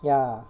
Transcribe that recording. ya